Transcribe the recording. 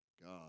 God